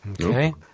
Okay